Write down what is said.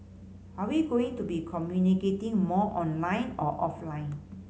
are we going to be communicating more online or offline